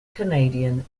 canadian